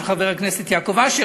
של חבר הכנסת יעקב אשר,